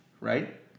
right